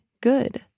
good